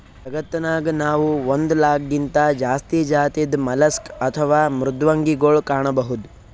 ಜಗತ್ತನಾಗ್ ನಾವ್ ಒಂದ್ ಲಾಕ್ಗಿಂತಾ ಜಾಸ್ತಿ ಜಾತಿದ್ ಮಲಸ್ಕ್ ಅಥವಾ ಮೃದ್ವಂಗಿಗೊಳ್ ಕಾಣಬಹುದ್